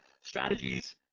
strategies